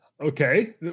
Okay